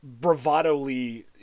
bravadoly